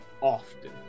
often